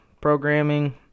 programming